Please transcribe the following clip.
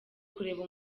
kureba